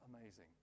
amazing